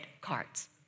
cards